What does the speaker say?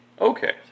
Okay